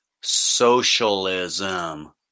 socialism